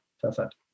Perfect